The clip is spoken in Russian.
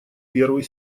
первый